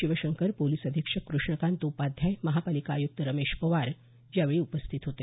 Shivshankar police अधिक्षक कृष्णकांत उपाध्याय महापालिका आयुक्त रमेश पवार यावेळी उपस्थित होते